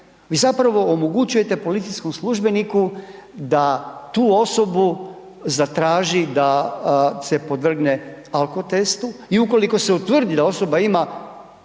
vi zapravo omogućujete policijskom službeniku da tu osobu zatraži da se podvrgne alkotestu i ukoliko se utvrdi da osoba ima